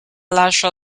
lascia